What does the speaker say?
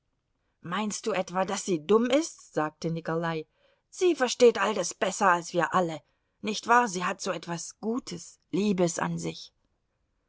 meinst du etwa daß sie dumm ist sagte nikolai sie versteht all das besser als wir alle nicht wahr sie hat etwas so gutes liebes an sich